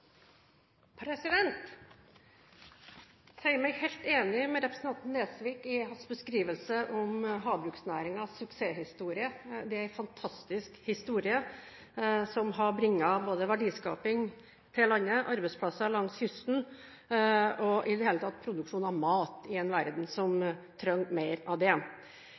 Jeg sier meg helt enig med representanten Nesvik i hans beskrivelse av havbruksnæringens suksesshistorie. Det er en fantastisk historie som har bragt verdiskaping til landet, skapt arbeidsplasser langs kysten, og den produserer mat i en verden som trenger mer av det.